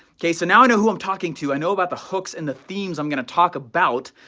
okay, so now i know who i'm talking to. i know about the hooks and the themes, i'm going to talk about,